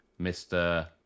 Mr